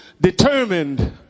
determined